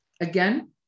Again